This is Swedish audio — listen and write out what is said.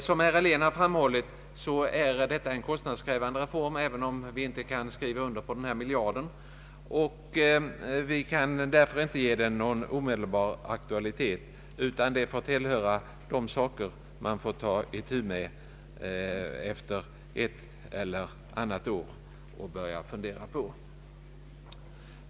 Som herr Helén framhållit är detta emellertid en kostnadskrävande reform, även om vi inte kan skriva under på finansministerns miljard, och reformen kan därför inte ges någon omedelbar aktualitet. Den får man ta itu med om något år eller så.